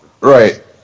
Right